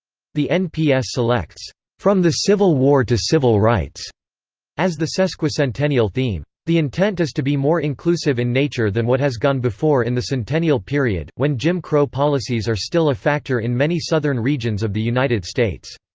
the nps selects from the civil war to civil rights as the sesquicentennial theme. the intent is to be more inclusive in nature than what has gone before in the centennial period, when jim crow policies are still a factor in many southern regions of the united states.